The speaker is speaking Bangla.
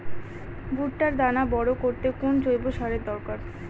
ভুট্টার দানা বড় করতে কোন জৈব সারের দরকার?